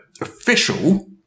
official